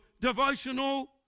devotional